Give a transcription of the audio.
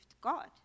God